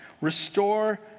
Restore